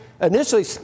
initially